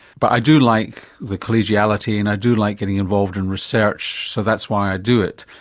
but i do like the collegiality and i do like getting involved in research, so that's why i do it.